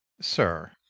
sir